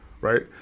right